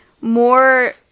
more